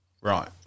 right